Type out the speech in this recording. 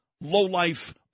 low-life